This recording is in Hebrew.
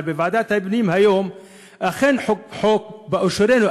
אבל בוועדת הפנים היום אכן חוקקנו חוק,